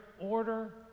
order